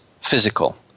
physical